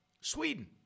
Sweden